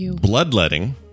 Bloodletting